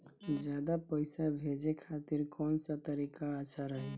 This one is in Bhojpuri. ज्यादा पईसा भेजे खातिर कौन सा तरीका अच्छा रही?